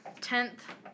tenth